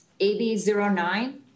AB09